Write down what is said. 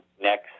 next